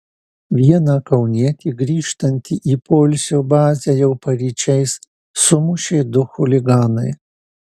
vieną kaunietį grįžtantį į poilsio bazę jau paryčiais sumušė du chuliganai